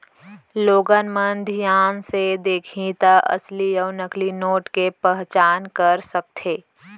लोगन मन धियान ले देखही त असली अउ नकली नोट के पहचान कर सकथे